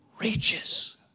reaches